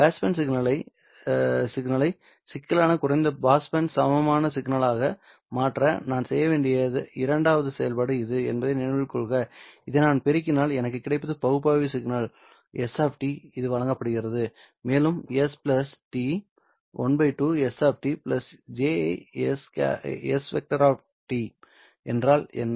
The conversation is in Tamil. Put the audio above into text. பாஸ்பேண்ட் சிக்னலை சிக்கலான குறைந்த பாஸ் சமமான சிக்னலாக மாற்ற நான் செய்ய வேண்டிய இரண்டாவது செயல்பாடு இது என்பதை நினைவில் கொள்க இதை நான் பெருக்கினால் எனக்கு கிடைப்பது பகுப்பாய்வு சிக்னல் s இது வழங்கப்படுகிறது மேலும் s ½ s jŝ என்றால் என்ன